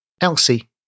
Elsie